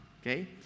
okay